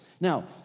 Now